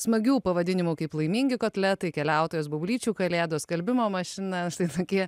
smagių pavadinimų kaip laimingi kotletai keliautojos bobulyčių kalėdos skalbimo mašina štai tokie